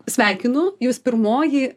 sveikinu jūs pirmoji